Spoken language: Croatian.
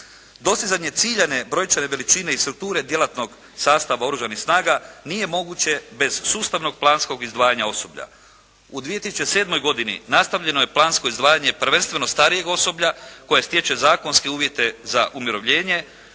Dostizanje ciljane brojčane veličine i strukture djelatnog sastava oružanih snaga nije moguće bez sustavnog planskog izdvajanja osoblja. U 2007. godini nastavljeno je plansko izdvajanje prvenstveno starijeg osoblja koje stječe zakonske uvjete za umirovljenje,